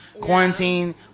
Quarantine